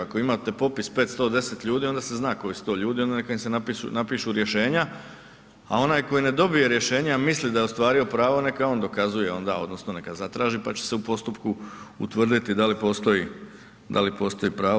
Ako imate popis 510 ljudi onda se zna koji su to ljudi, onda neka im se napišu rješenja, a onaj koji ne dobije rješenje, a misli da je ostvario pravo neka on dokazuje odnosno neka zatraži pa će se u postupku utvrditi da li postoji pravo.